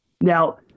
now